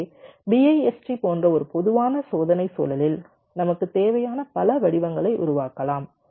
எனவே BIST போன்ற ஒரு பொதுவான சோதனை சூழலில் நமக்குத் தேவையான பல வடிவங்களை உருவாக்கலாம்